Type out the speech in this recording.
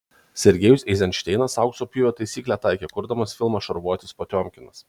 sergejus eizenšteinas aukso pjūvio taisyklę taikė kurdamas filmą šarvuotis potiomkinas